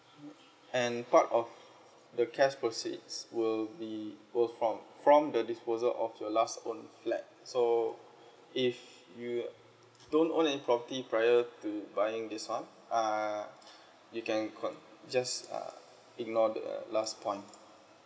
and part of the cash proceeds will be goes from from the disposer of your last owned flat so if you don't own an property prior to buying this one uh you can con~ just uh ignore the last point